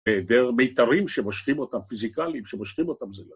היעדר מיתרים שמושכים אותם פיזיקלים, שמושכים אותם זה לא.